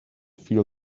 feel